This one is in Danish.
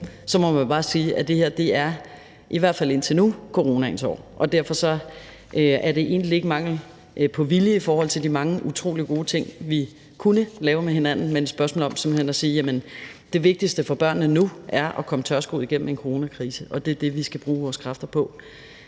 så må man bare sige, at det her i hvert fald indtil nu er coronaens år. Derfor er det egentlig ikke mangel på vilje i forhold til de mange utrolig gode ting, vi kunne lave med hinanden, men det er et spørgsmål om simpelt hen at sige, at det vigtigste for børnene nu er at komme tørskoet igennem coronakrisen, og det er det, vi som det primære skal bruge vores kræfter på.